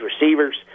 receivers